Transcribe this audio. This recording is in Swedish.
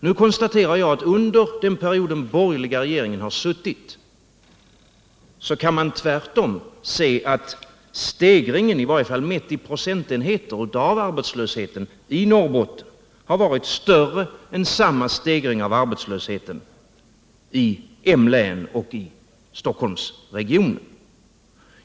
Nu konstaterar jag att under den period som den borgerliga regeringen har suttit kan man tvärtom se att stegringen — i varje fall mätt i procentenheter — av arbetslösheten i Norrbotten har varit större än samma stegring av arbetslösheten i M-län och i Stockholmsregionen.